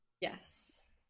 Yes